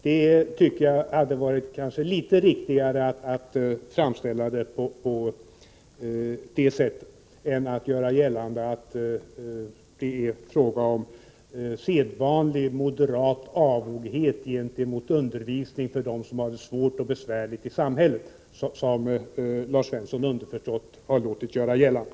Jag tycker att det hade varit riktigare att framställa saken på det sättet och inte att det är fråga om sedvanlig moderat avoghet gentemot undervisning för dem som har det svårt och besvärligt i samhället, som Lars Svensson underförstått har gjort gällande.